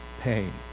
pain